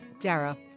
Dara